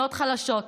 לשכונות חלשות,